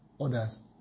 others